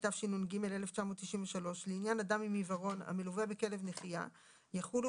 התשנ"ג 1993 לעניין אדם עם עיוורון המלווה בכלב נחייה יחולו